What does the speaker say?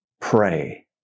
pray